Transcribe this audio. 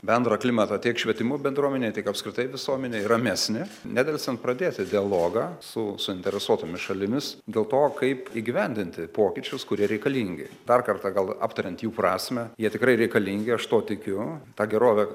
bendrą klimatą tiek švietimo bendruomenei tiek apskritai visuomenei ramesnį nedelsiant pradėti dialogą su suinteresuotomis šalimis dėl to kaip įgyvendinti pokyčius kurie reikalingi dar kartą gal aptariant jų prasmę jie tikrai reikalingi aš tuo tikiu ta gerovė